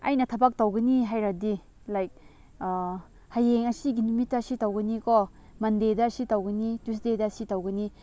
ꯑꯩꯅ ꯊꯕꯛ ꯇꯧꯒꯅꯤ ꯍꯥꯏꯔꯗꯤ ꯂꯥꯏꯛ ꯍꯌꯦꯡ ꯑꯁꯤꯒꯤ ꯅꯨꯃꯤꯠꯇ ꯑꯁꯤ ꯇꯧꯒꯅꯤꯀꯣ ꯃꯟꯗꯦꯗ ꯑꯁꯤ ꯇꯧꯒꯅꯤ ꯇꯨꯋꯤꯁꯗꯦꯗ ꯑꯁꯤ ꯇꯧꯒꯅꯤ